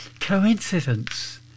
Coincidence